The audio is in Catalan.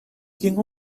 tinc